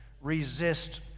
Resist